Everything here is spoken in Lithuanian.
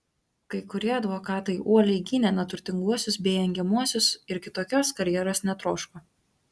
kai kurie advokatai uoliai gynė neturtinguosius bei engiamuosius ir kitokios karjeros netroško